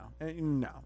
no